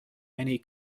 many